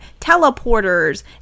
teleporters